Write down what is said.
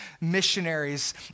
missionaries